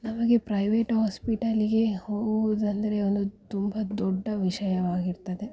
ನಮಗೆ ಪ್ರೈವೇಟ್ ಹಾಸ್ಪಿಟಲ್ಲಿಗೆ ಹೋಗೋದಂದರೆ ಒಂದು ತುಂಬ ದೊಡ್ಡ ವಿಷಯವಾಗಿರ್ತದೆ